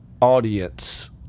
audience